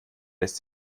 lässt